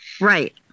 right